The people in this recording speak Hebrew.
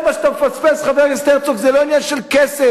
זה לא עניין של כסף.